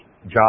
job